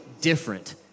different